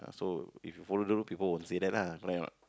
so if you follow the rule people won't say that lah correct or not